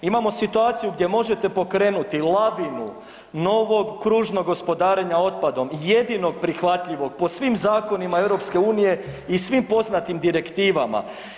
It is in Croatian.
Imamo situaciju gdje možete pokrenuti lavinu novog kružnog gospodarenja otpadom, jedinog prihvatljivog po svim zakonima EU i svim poznatim direktivama.